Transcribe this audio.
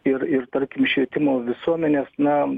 ir ir tarkim švietimo visuomenės na